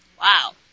Wow